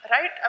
right